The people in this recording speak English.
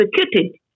executed